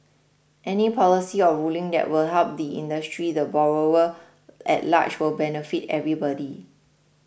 any policy or ruling that will help the industry the borrower at large will benefit everybody